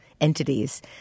entities